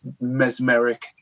mesmeric